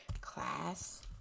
class